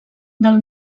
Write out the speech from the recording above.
del